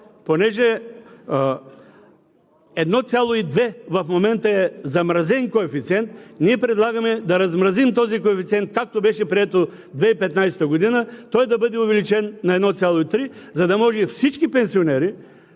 Понеже 1,2 в момента е замразен коефициент, ние предлагаме да размразим този коефициент, както беше прието 2015 г. – той да бъде увеличен на 1,3, за да може всички пенсионери,